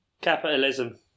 capitalism